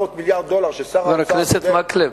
700 מיליארד דולר ששר האוצר, חבר הכנסת מקלב,